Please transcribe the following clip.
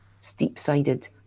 steep-sided